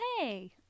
hey